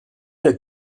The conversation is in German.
der